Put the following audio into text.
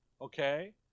Okay